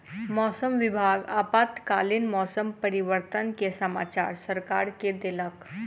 मौसम विभाग आपातकालीन मौसम परिवर्तन के समाचार सरकार के देलक